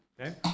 Okay